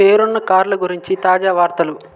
పేరున్న కార్ల గురించి తాజా వార్తలు